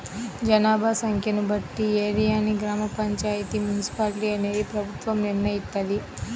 జనాభా సంఖ్యను బట్టి ఏరియాని గ్రామ పంచాయితీ, మున్సిపాలిటీ అనేది ప్రభుత్వం నిర్ణయిత్తది